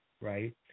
right